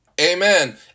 Amen